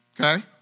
okay